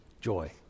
joy